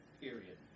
Period